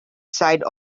side